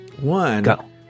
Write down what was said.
One –